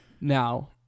Now